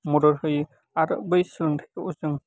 मदद हायो आरो बै सोलोंथाइखौ जों